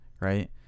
right